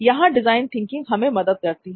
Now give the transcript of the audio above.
यहां design thinking हमें मदद कर सकती है